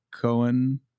Cohen